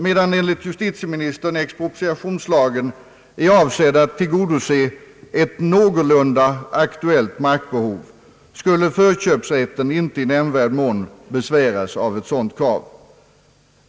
Medan enligt justitieministern expropriationslagen är avsedd att tillgodose ett någorlunda aktuellt markbehov, skulle förköpsrätten inte i nämnvärd mån besväras av ett sådant krav.